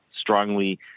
strongly